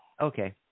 Okay